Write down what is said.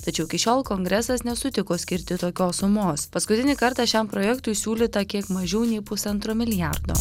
tačiau iki šiol kongresas nesutiko skirti tokios sumos paskutinį kartą šiam projektui siūlyta kiek mažiau nei pusantro milijardo